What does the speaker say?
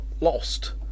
lost